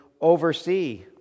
oversee